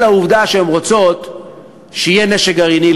העובדה שהן רוצות שיהיה לאיראן נשק גרעיני,